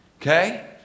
Okay